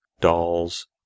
dolls